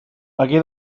hagué